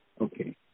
Okay